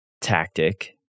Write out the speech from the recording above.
tactic